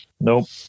Nope